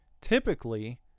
Typically